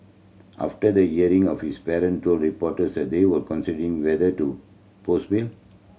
after the hearing of his parent told reporters that they were considering whether to post bill